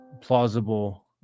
plausible